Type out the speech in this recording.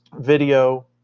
Video